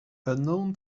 unknown